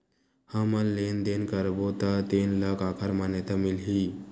हमन लेन देन करबो त तेन ल काखर मान्यता मिलही?